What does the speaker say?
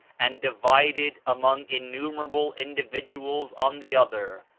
and divided among in numerable individuals on the other.